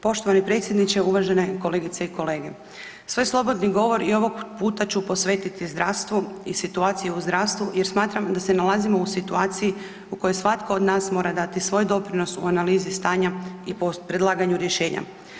Poštovani predsjedniče, uvažene kolegice i kolege, svoj slobodni govor i ovog puta ću posvetiti zdravstvu i situaciji i zdravstvu jer smatram da se nalazimo u situaciji u kojoj svatko od nas mora dati svoj doprinos u analizi stanja i predlaganju rješenja.